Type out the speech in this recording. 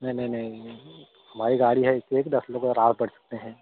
नहीं नहीं नहीं हमारी गाड़ी है ऐसी है कि दस लोग पड़ सकते हैं